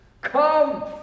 come